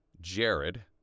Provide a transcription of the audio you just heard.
Jared